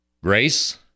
Grace